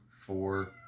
four